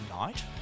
night